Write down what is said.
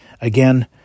Again